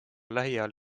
lähiajal